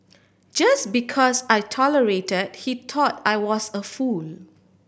just because I tolerated he thought I was a fool